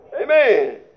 Amen